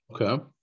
Okay